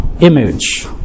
Image